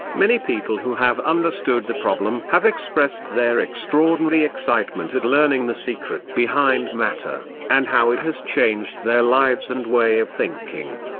many people who have understood the problem have expressed their extraordinary excitement at learning the secret behind matter, and how it has changed their lives and way of thinking.